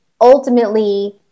ultimately